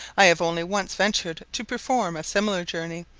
i have only once ventured to perform a similar journey,